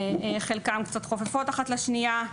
חלקם קצת חופפות אחת לשנייה,